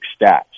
stats